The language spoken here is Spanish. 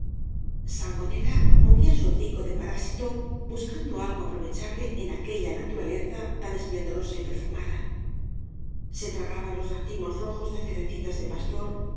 sangonera movía su hocico de parásito buscando algo aprovechable en aquella naturaleza tan esplendorosa y perfumada se tragaba los racimoi rojos de cerecitas de pastor